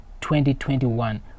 2021